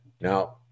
now